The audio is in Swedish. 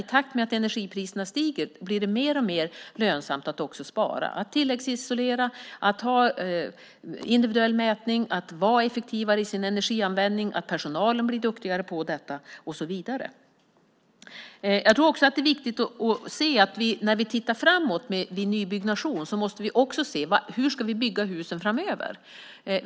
I takt med att energipriserna stiger blir det mer och mer lönsamt att spara - tilläggsisolera, ha individuell mätning, vara effektivare i sin energianvändning, se till att personalen blir duktigare på detta och så vidare. När vi tittar på nybyggnation är det viktigt att se på hur vi ska bygga husen framöver.